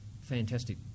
fantastic